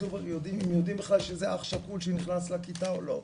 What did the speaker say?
אם יודעים בכלל שזה אח שכול שנכנס לכיתה או לא.